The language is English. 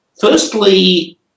firstly